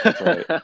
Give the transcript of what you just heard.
right